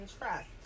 trust